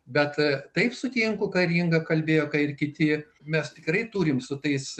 bet taip sutinku karingai kalbėjo ir kiti mes tikrai turime su tais